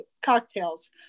cocktails